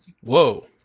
Whoa